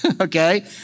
okay